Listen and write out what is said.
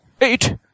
eight